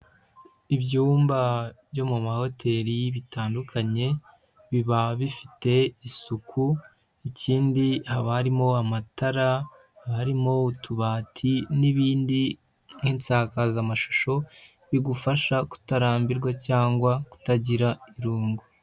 Ibyumba byo mu mahoteli bitandukanye biba bifite isuku ikindi haba harimo amatara, harimo utubati n'ibindi nk'insakazamashusho bigufasha kutarambirwa cyangwa kutagira irungu.